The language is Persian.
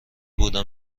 بودم